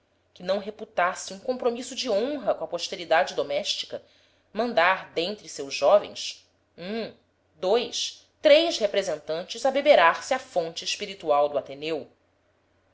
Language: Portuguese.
que não reputasse um compromisso de honra com a posteridade doméstica mandar dentre seus jovens um dois três representantes abeberar se à fonte espiritual do ateneu